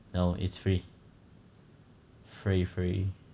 now it's free free free